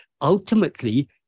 ultimately